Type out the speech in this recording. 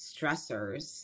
stressors